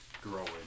growing